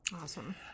Awesome